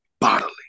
bodily